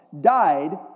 died